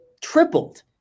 tripled